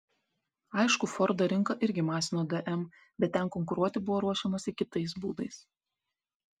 aišku fordo rinka irgi masino dm bet ten konkuruoti buvo ruošiamasi kitais būdais